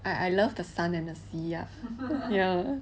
I I love the sun and the sea lah